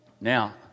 Now